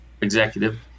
executive